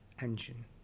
engine